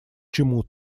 чему